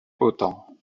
autant